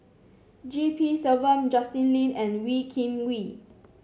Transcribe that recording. G P Selvam Justin Lean and Wee Kim Wee